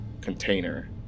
container